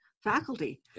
faculty